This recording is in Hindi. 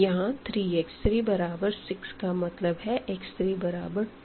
यहाँ 3x3 बराबर 6 का मतलब है x3 बराबर 2